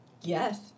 Yes